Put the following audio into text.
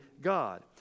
God